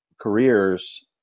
careers